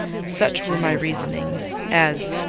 such were my reasonings, as,